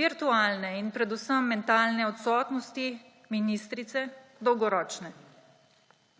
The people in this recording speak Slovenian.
virtualne in predvsem mentalne odsotnosti ministrice dolgoročne.